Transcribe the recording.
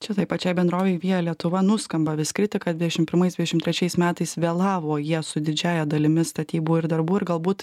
čia tai pačiai bendrovei via lietuva nuskamba vis kritika dvidešimt pirmais dvidešimt trečiais metais vėlavo jie su didžiąja dalimi statybų ir darbų ir galbūt